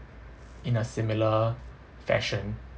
in a similar fashion